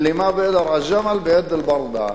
אִלְלִי מַא בִּיקְדַר עַלְ-גַ'מַל בִּיעִצְ' אלבַּרְדַעַה.